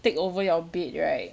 take over your bed right